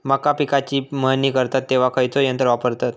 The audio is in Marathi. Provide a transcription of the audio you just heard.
मका पिकाची मळणी करतत तेव्हा खैयचो यंत्र वापरतत?